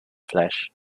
flesh